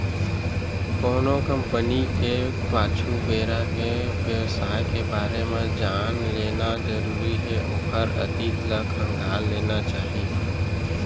कोनो कंपनी के पाछू बेरा के बेवसाय के बारे म जान लेना जरुरी हे ओखर अतीत ल खंगाल लेना चाही